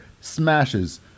smashes